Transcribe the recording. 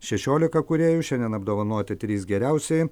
šešiolika kūrėjų šiandien apdovanoti trys geriausieji